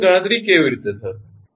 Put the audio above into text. તેની ગણતરી કેવી રીતે થશે